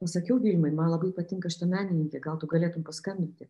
pasakiau vilmai man labai patinka šita menininkė gal tu galėtum paskambinti